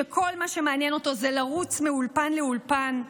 שכל מה שמעניין אותו זה לרוץ מאולפן לאולפן,